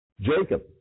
Jacob